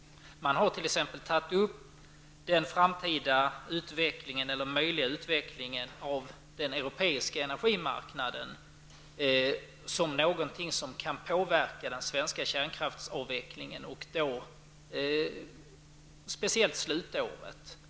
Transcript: De har tagit upp den möjliga framtida utvecklingen av den europeiska energimarknaden som något som kan påverka den svenska kärnkraftsavvecklingen, speciellt slutåret.